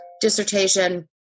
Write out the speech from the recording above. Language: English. dissertation